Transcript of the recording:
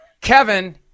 Kevin